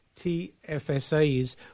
TFSAs